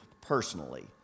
personally